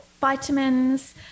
vitamins